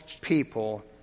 people